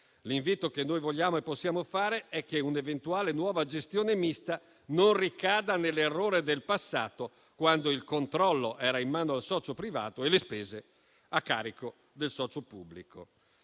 L'invito che noi vogliamo e possiamo fare è che un'eventuale nuova gestione mista non ricada nell'errore del passato, quando il controllo era in mano al socio privato e le spese a carico del socio pubblico.